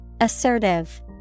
Assertive